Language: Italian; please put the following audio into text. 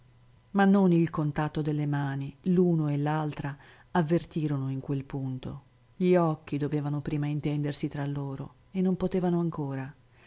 ma non il contatto delle mani l'uno e l'altra avvertirono in quel punto gli occhi dovevano prima intendersi tra loro e non potevano ancora